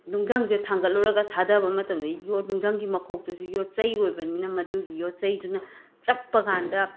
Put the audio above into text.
ꯅꯨꯡꯗꯪ ꯁꯦ ꯊꯥꯡꯒꯠꯂꯨꯔꯒ ꯊꯥꯗꯕ ꯃꯇꯝꯗ ꯑꯩ ꯅꯨꯡꯗꯪꯒꯤ ꯃꯈꯣꯛꯇꯨꯁꯨ ꯌꯣꯠꯆꯩ ꯑꯣꯏꯕꯅꯤꯅ ꯃꯗꯨꯒꯤ ꯌꯣꯠꯆꯩꯗꯨꯅ ꯆꯞꯄ ꯀꯥꯟꯗ